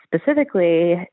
Specifically